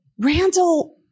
Randall